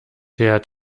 der